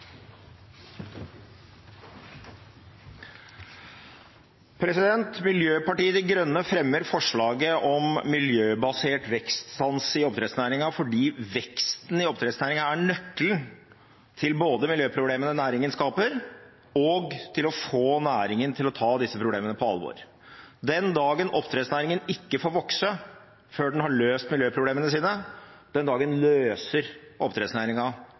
Miljøpartiet De Grønne fremmer forslaget om miljøbasert vekststans i oppdrettsnæringen fordi veksten i oppdrettsnæringen er nøkkelen til både miljøproblemene næringen skaper, og til å få næringen til å ta disse problemene på alvor. Den dagen oppdrettsnæringen ikke får vokse før den har løst miljøproblemene sine,